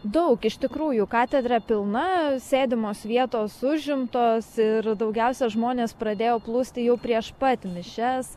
daug iš tikrųjų katedra pilna sėdimos vietos užimtos ir daugiausia žmonės pradėjo plūsti jau prieš pat mišias